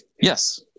Yes